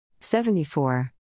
74